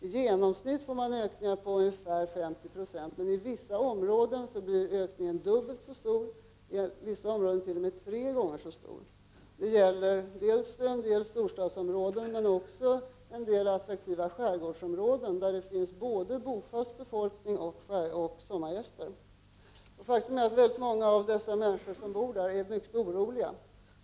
I genomsnitt blir det ökningar på ca 50 2. Men i vissa områden blir ökningarna dubbelt så stora, och i vissa områden t.o.m. tre gånger så stora. Det gäller dels i en del storstadsområden, dels också i en del attraktiva skärgårdsområden, där det finns både bofast befolkning och sommargäster. Faktum är att många människor som bor i dessa områden är mycket oroliga.